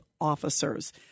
officers